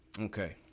Okay